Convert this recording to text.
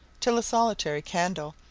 till a solitary candle,